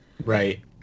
Right